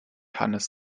hannes